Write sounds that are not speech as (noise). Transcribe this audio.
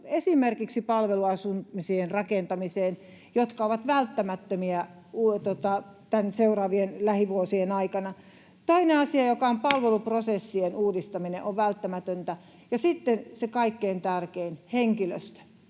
esimerkiksi palveluasumisten rakentamiseen, jotka ovat välttämättömiä seuraavien lähivuosien aikana. Toinen asia, joka on välttämätön, on palveluprosessien uudistaminen. (noise) Ja sitten se kaikkein tärkein: henkilöstö.